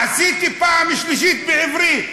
עשיתי פעם שלישית בעברית,